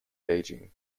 aging